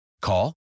Call